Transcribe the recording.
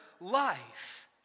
life